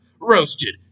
Roasted